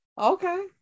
Okay